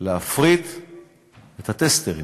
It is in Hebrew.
להפריט את הטסטרים.